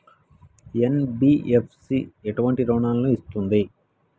NBFC ఎటువంటి రుణాలను ఇస్తుంది?